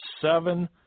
seven